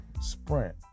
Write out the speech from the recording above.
sprint